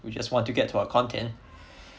we just want to get to our content